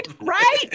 Right